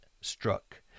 struck